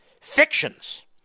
fictions